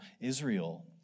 Israel